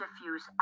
diffuse